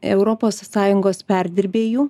europos sąjungos perdirbėjų